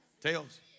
Tails